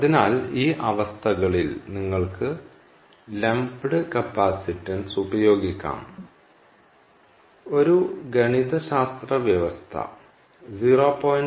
അതിനാൽ ഈ അവസ്ഥകളിൽ നിങ്ങൾക്ക് ലംപ്ഡ് കപ്പാസിറ്റൻസ് ഉപയോഗിക്കാം ഒരു ഗണിതശാസ്ത്ര വ്യവസ്ഥ 0